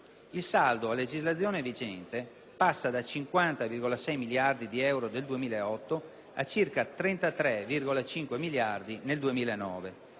Il saldo a legislazione vigente passa da 50,6 miliardi di euro nel 2008 a circa 33,5 miliardi nel 2009.